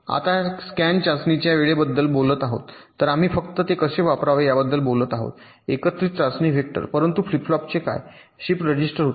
आता स्कॅन चाचणीच्या वेळेबद्दल बोलत आहोत तर आम्ही फक्त ते कसे वापरावे याबद्दल बोललो आहोत एकत्रित चाचणी वेक्टर परंतु फ्लिप फ्लॉपचे काय शिफ्ट रजिस्टर होते